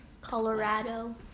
Colorado